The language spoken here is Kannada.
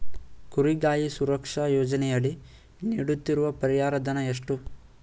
ಕುರಿಗಾಹಿ ಸುರಕ್ಷಾ ಯೋಜನೆಯಡಿ ನೀಡುತ್ತಿರುವ ಪರಿಹಾರ ಧನ ಎಷ್ಟು?